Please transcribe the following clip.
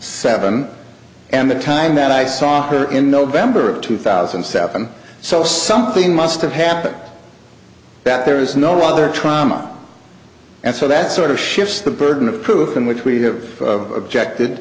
seven and the time that i saw her in november of two thousand and seven so something must have happened that there is no other trauma and so that sort of shifts the burden of proof in which we have objected